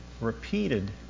repeated